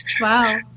Wow